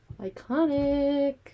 iconic